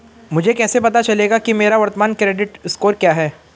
मुझे कैसे पता चलेगा कि मेरा वर्तमान क्रेडिट स्कोर क्या है?